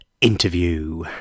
interview